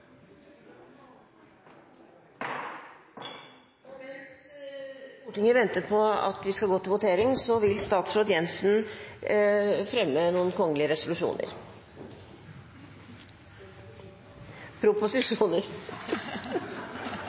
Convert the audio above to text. Mens Stortinget venter på at vi skal gå til votering, vil statsråd Siv Jensen fremme noen kongelige proposisjoner.